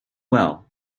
well